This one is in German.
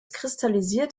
kristallisiert